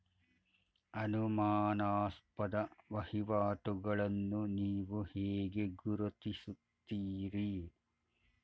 ಅನುಮಾನಾಸ್ಪದ ವಹಿವಾಟುಗಳನ್ನು ನೀವು ಹೇಗೆ ಗುರುತಿಸುತ್ತೀರಿ?